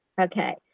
okay